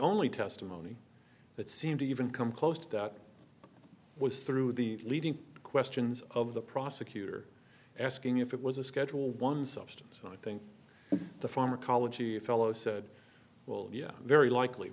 only testimony that seemed to even come close to that was through the leading questions of the prosecutor asking if it was a schedule one substance and i think the pharmacology fellow said well yeah very likely